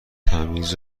تمیز